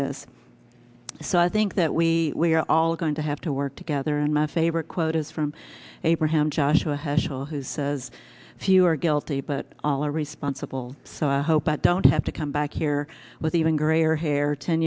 this so i think that we are all going to have to work together and my favorite quote is from abraham joshua heschel who says if you are guilty but all are responsible so i hope that don't have to come back here with even greater hair ten